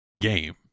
game